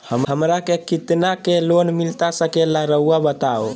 हमरा के कितना के लोन मिलता सके ला रायुआ बताहो?